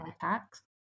tax